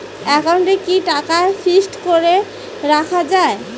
একাউন্টে কি টাকা ফিক্সড করে রাখা যায়?